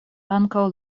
ankaŭ